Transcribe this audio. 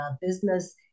business